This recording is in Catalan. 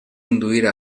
induir